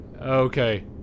Okay